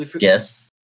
yes